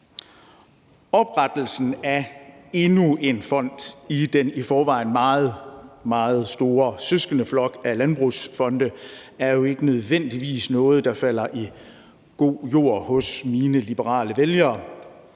Oprettelsen af endnu en fond i den i forvejen meget, meget store søskendeflok af landbrugsfonde er jo ikke nødvendigvis noget, der falder i god jord hos mine liberale vælgere.